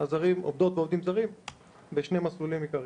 ועובדים זרים בשני מסלולים עיקריים.